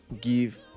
give